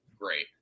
Great